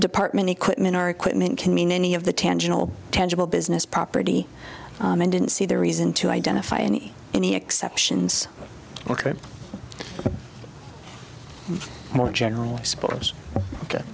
department equipment our equipment can mean any of the tangible tangible business property and didn't see the reason to identify any any exceptions ok more general sports